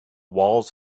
walls